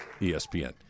ESPN